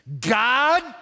God